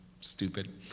stupid